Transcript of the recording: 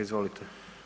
Izvolite.